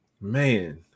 Man